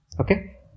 Okay